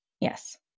Yes